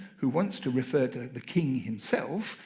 who wants to refer to the king himself,